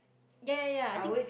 ya ya ya i think